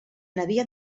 havien